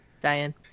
Diane